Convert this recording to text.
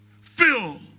fill